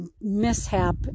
mishap